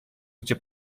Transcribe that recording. gdzie